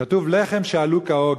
כתוב: "לחם שאלו כהוגן",